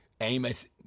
Amos